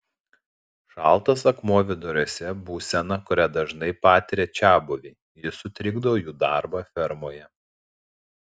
šaltas akmuo viduriuose būsena kurią dažnai patiria čiabuviai ji sutrikdo jų darbą fermoje